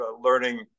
learning